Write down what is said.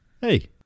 hey